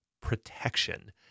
protection